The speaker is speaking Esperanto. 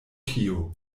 tio